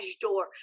door